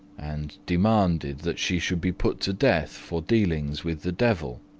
and demanded that she should be put to death for dealings with the devil.